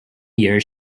years